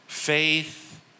Faith